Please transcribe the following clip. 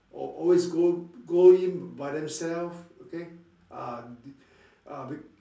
always go go in by themselves okay ah be~ ah be~